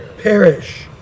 perish